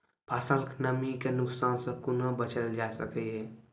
फसलक नमी के नुकसान सॅ कुना बचैल जाय सकै ये?